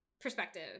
perspective